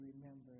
remember